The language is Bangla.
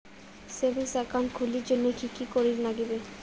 সেভিঙ্গস একাউন্ট খুলির জন্যে কি কি করির নাগিবে?